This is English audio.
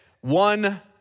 one